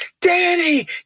Danny